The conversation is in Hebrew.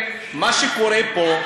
מה שקורה פה,